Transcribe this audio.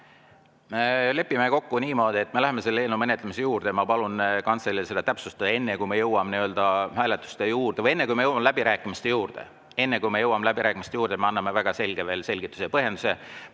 Lepime kokku niimoodi, et me läheme [praegu] selle eelnõu menetlemise juurde. Ma palun kantseleil seda täpsustada, enne kui me jõuame hääletuste juurde või enne kui me jõuame läbirääkimiste juurde. Enne kui me jõuame läbirääkimiste juurde, me anname väga selge selgituse ja põhjenduse.